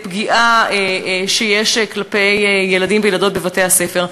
פגיעה שיש כלפי ילדים וילדות בבתי-הספר,